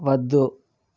వద్దు